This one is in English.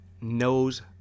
knows